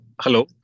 Hello